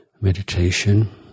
meditation